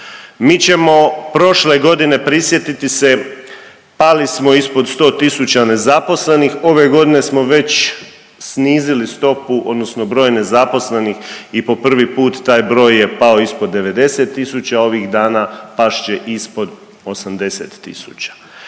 Mi ćemo prošle godine prisjetiti se pali smo ispod 100 tisuća nezaposlenih, ove godine smo već snizili stopu odnosno broj nezaposlenih i po prvi put taj broj je pao ispod 90 tisuća, ovih dana past će ispod 80